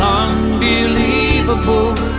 unbelievable